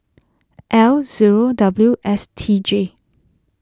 L zero W S T J